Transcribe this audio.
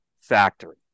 factory